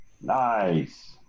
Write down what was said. Nice